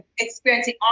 experiencing